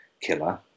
killer